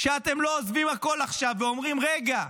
שאתם לא עוזבים הכול עכשיו ואומרים: רגע,